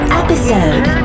episode